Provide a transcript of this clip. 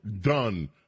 done